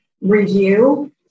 review